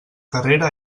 carrera